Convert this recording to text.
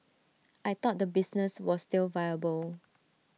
I thought the business was still viable